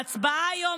ההצבעה היום,